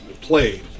played